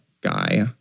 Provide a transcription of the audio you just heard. guy